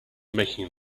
making